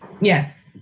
Yes